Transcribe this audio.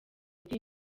ndi